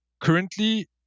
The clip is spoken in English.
currently